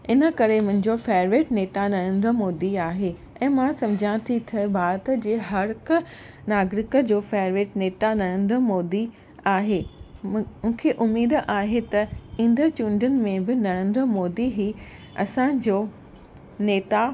इन करे मुंहिंजो फैवरेट नेता नरेंद्र मोदी आहे ऐं मां सम्झां थी त भारत जे हर हिकु नागरिक जो फैवरेट नेता नरेंद्र मोदी आहे मूंखे उमेदु आहे त ईंदड़ु चूङियुनि में बि नरेंद्र मोदी ई असांजो नेता